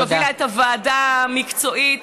שהובילה את הוועדה המקצועית,